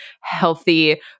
healthy